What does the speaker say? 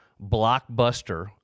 blockbuster